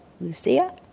Lucia